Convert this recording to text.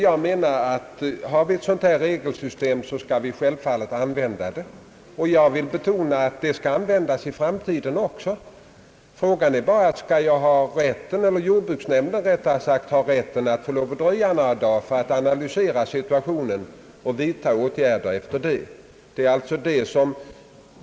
Har vi ett sådant här regelsystem skall det självfallet användas även i framtiden. Frågan är bara: Skall jordbruksnämnden ha rätt att dröja några dagar för att analysera situationen och därefter vidtaga åtgärder?